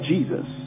Jesus